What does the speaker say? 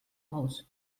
aus